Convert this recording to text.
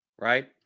right